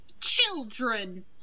children